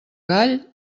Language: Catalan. gall